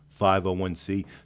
501c